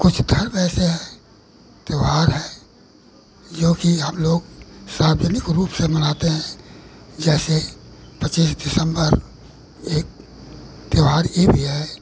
कुछ धर्म ऐसे है त्यौहार है जोकि हम लोग सार्वजनिक रूप से मनाते है जैसे पच्चीस दिसम्बर एक त्यौहार यह भी है